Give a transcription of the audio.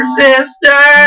sister